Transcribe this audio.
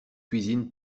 cuisine